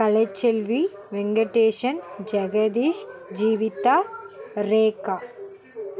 Kalaiselvi Venkatesan Jagadish Jeevitha Rekha